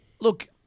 look